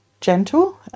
gentle